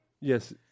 Yes